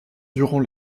durant